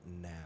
now